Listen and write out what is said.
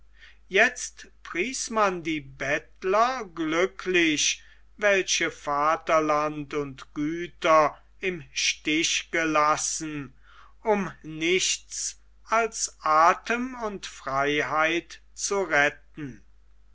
jetzt pries man die bettler glücklich welche vaterland und güter in stich gelassen um nichts als athem und freiheit zu retten